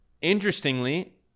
interestingly